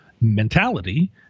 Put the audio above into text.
mentality